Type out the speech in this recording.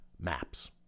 maps